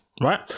right